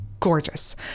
Gorgeous